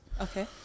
Okay